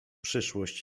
przyszłość